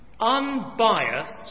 unbiased